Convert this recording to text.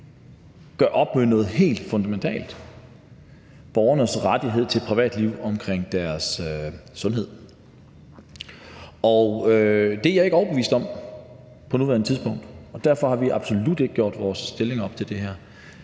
gør op med noget helt fundamentalt – borgernes rettighed til privatliv i forhold til deres sundhed? Det er jeg ikke overbevist om på nuværende tidspunkt, og derfor har vi absolut ikke taget stilling til det her.